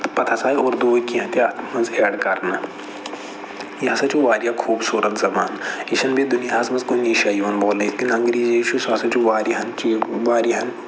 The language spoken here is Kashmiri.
تہٕ پَتہٕ ہَسا آے اردوٗوٕکۍ کینٛہہ تہِ اَتھ مَنٛز ایٚڈ کرنہٕ یہِ ہَسا چھِ واریاہ خوبصورت زبان یہِ چھَنہٕ بیٚیہِ دُنیاہَس مَنٛز کُنے جایہِ یِوان بولنہٕ یِتھ کٔنۍ انگریٖزی چھُ سُہ ہَسا چھُ واریاہَن چی واریاہَن